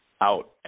out